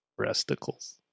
Breasticles